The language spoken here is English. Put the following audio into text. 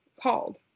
called